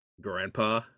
Grandpa